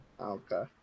Okay